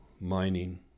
mining